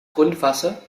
grundwasser